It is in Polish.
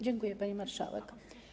Dziękuję, pani marszałek.